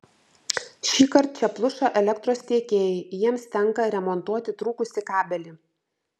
šįkart čia pluša elektros tiekėjai jiems tenka remontuoti trūkusį kabelį